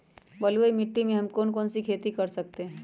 बलुई मिट्टी में हम कौन कौन सी खेती कर सकते हैँ?